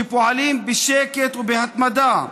שפועלים בשקט ובהתמדה,